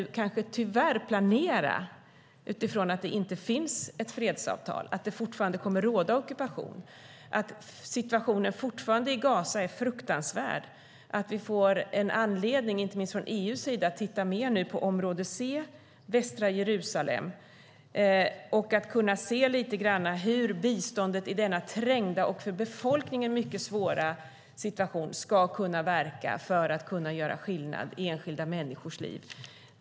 Vi kanske tyvärr får planera utifrån att det inte finns ett fredsavtal, att det fortfarande kommer att råda ockupation, att situationen i Gaza fortfarande är fruktansvärd, att vi får en anledning, inte minst från EU:s sida, att titta mer på område C, västra Jerusalem, och se lite grann på hur biståndet i denna trängda och för befolkningen mycket svåra situation ska kunna verka för att göra skillnad i enskilda människors liv.